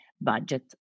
budget